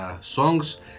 songs